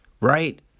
right